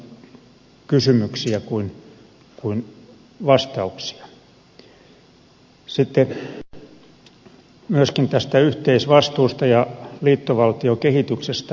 sitten myöskin tästä yhteisvastuusta ja liittovaltiokehityksestä